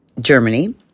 Germany